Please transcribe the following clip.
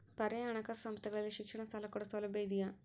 ಪರ್ಯಾಯ ಹಣಕಾಸು ಸಂಸ್ಥೆಗಳಲ್ಲಿ ಶಿಕ್ಷಣ ಸಾಲ ಕೊಡೋ ಸೌಲಭ್ಯ ಇದಿಯಾ?